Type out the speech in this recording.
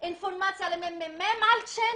אינפורמציה למרכז המחקר לגבי הצ'יינג'ים.